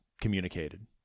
communicated